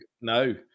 no